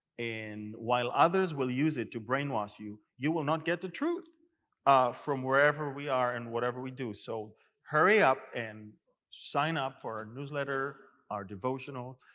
and while others will use it to brainwash you, you will not get the truth from wherever we are and whatever we do. so hurry up and sign up for our newsletter and our devotional.